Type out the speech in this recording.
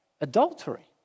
adultery